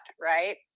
Right